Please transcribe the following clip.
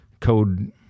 code